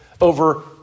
over